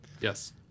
Yes